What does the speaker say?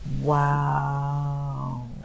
Wow